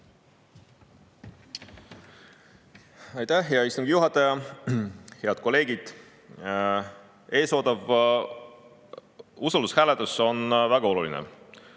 Aitäh, hea istungi juhataja! Head kolleegid! Ees ootav usaldushääletus on väga oluline.